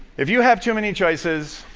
if you have too many choices,